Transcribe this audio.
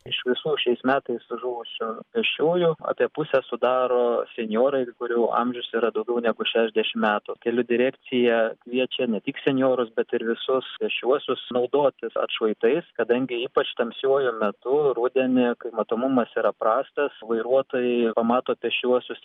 iš visų šiais metais žuvusių pėsčiųjų apie pusę sudaro senjorai kurių amžius yra daugiau negu šešiasdešimt metų kelių direkcija kviečia ne tik senjorus bet ir visus pėsčiuosius naudotis atšvaitais kadangi ypač tamsiuoju metu rudenį kai matomumas yra prastas vairuotojai pamato pėsčiuosius